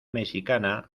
mexicana